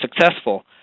successful